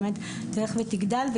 באמת תלך ותגדל,